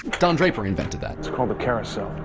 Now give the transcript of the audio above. don draper invented that. it's called a carousel.